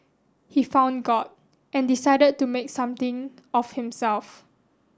he found God and decided to make something of himself